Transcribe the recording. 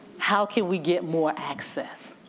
how can we get more access?